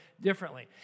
differently